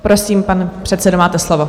Prosím, pane předsedo, máte slovo.